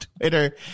Twitter